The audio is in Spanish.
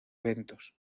eventos